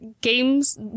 games